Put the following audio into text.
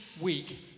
week